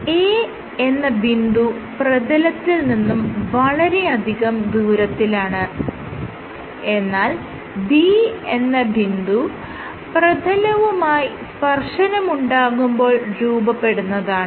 A എന്ന ബിന്ദു പ്രതലത്തിൽ നിന്നും വളരെയധികം ദൂരത്തിലാണ് എന്നാൽ B എന്ന ബിന്ദു പ്രതലവുമായി സ്പർശനമുണ്ടാകുമ്പോൾ രൂപപ്പെടുന്നതാണ്